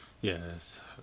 Yes